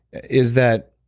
is that